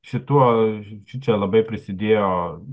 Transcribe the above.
šituo šičia labai prisidėjo